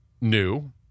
new